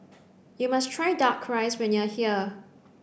you must try duck rice when you are here